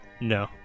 No